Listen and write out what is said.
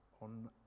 on